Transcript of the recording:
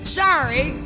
sorry